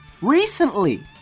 Recently